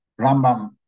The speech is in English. Rambam